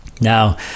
Now